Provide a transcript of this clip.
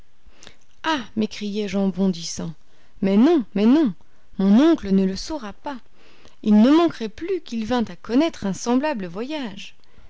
ah m'écriai-je en bondissant mais non mais non mon oncle ne le saura pas il ne manquerait plus qu'il vint à connaître un semblable voyage